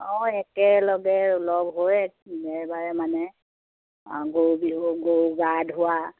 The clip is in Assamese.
অঁ একেলগে লগ হৈ এইবাৰে মানে গৰু বিহু গৰু গা ধোৱা